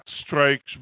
strikes